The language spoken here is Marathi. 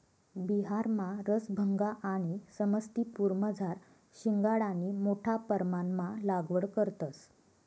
बिहारमा रसभंगा आणि समस्तीपुरमझार शिंघाडानी मोठा परमाणमा लागवड करतंस